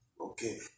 okay